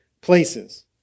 places